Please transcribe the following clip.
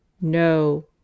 No